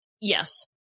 yes